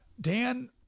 Dan